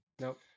Nope